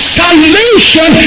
salvation